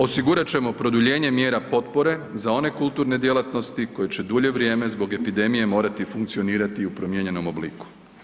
Osigurat ćemo produljenje mjera potpore za one kulturne djelatnosti koje će dulje vrijeme zbog epidemije morati funkcionirati u promijenjenom obliku.